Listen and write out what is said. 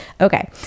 Okay